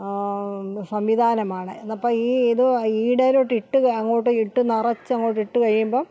സംവിധാനമാണ് എന്നാൽ ഇപ്പം ഈ ഇത് ഈടെലോട്ടിട്ട് അങ്ങോട്ട് ഇട്ട് നിറച്ച് അങ്ങോട്ടിട്ട് കഴിയുമ്പം